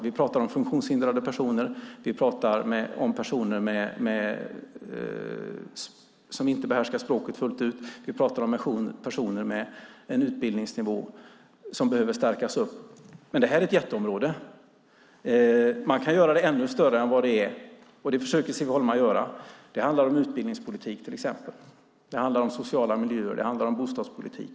Vi pratar om funktionshindrade personer, personer som inte behärskar språket fullt ut och personer med en utbildningsnivå som behöver stärkas. Det här är ett jätteområde. Det kan göras ännu större än vad det är. Det försöker Siv Holma göra. Det handlar till exempel om utbildningspolitik, sociala miljöer och bostadspolitik.